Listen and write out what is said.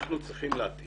אנחנו צריכים להתאים,